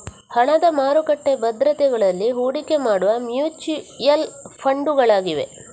ಹಣದ ಮಾರುಕಟ್ಟೆ ಭದ್ರತೆಗಳಲ್ಲಿ ಹೂಡಿಕೆ ಮಾಡುವ ಮ್ಯೂಚುಯಲ್ ಫಂಡುಗಳಾಗಿವೆ